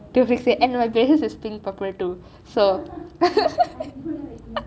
~ at the end of the day it is pink purple too so so you